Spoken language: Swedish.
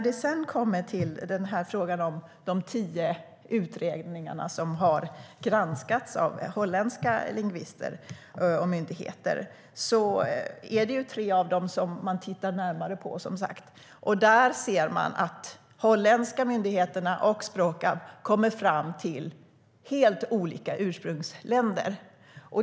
Det är tio utredningar som har granskats av holländska lingvister och myndigheter, och det är tre av dessa som man har tittat närmare på. Holländska myndigheterna och Sprakab kommer fram till helt olika ursprungsländer.